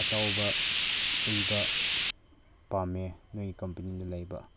ꯑꯆꯧꯕ ꯑꯣꯏꯕ ꯄꯥꯝꯃꯦ ꯅꯣꯏ ꯀꯝꯄꯅꯤꯗ ꯂꯩꯕ